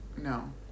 No